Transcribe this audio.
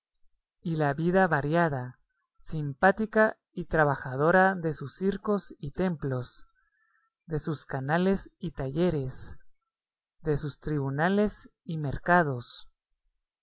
y la vida variada simpática y trabajadora de sus circos y templos de sus canales y talleres de sus tribunales y mercados